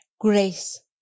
Grace